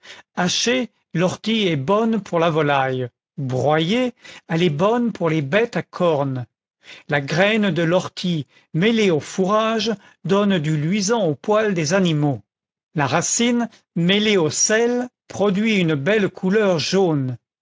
hachée l'ortie est bonne pour la volaille broyée elle est bonne pour les bêtes à cornes la graine de l'ortie mêlée au fourrage donne du luisant au poil des animaux la racine mêlée au sel produit une belle couleur jaune